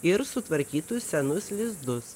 ir sutvarkytus senus lizdus